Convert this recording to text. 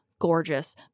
gorgeous